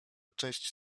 cześć